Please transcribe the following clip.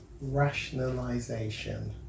rationalization